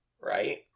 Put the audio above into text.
Right